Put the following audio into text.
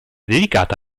dedicata